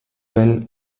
bell